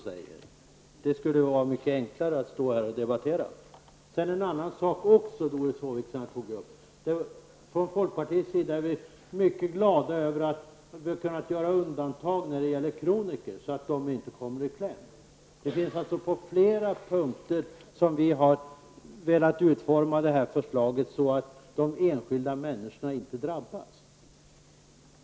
Det skulle på så sätt vara mycket enklare att debattera. Från folkpartiet är vi mycket glada över att vi har kunnat göra undantag för kronikerna så att de inte kommer i kläm. Det finns alltså exempel på flera punkter där vi har velat utforma förslaget så att de enskilda människorna inte drabbas.